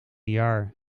jaar